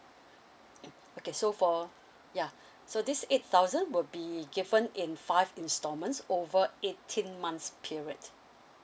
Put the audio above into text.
okay so for ya so this eight thousand will be given in five installments over eighteen months period